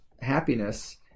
happiness